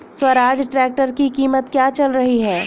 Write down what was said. Swaraj tractor की कीमत क्या चल रही है?